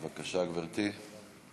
בבקשה, גברתי.